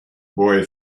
boy